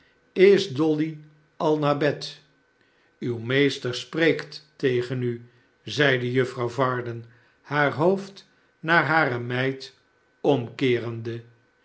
is dolly al naar bed uw meester spreekt tegen u zeide juffrouw varden haar hoofd naar hare meid omkeerende